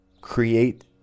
create